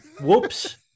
Whoops